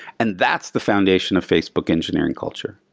and that's the foundation of facebook engineering culture.